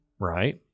right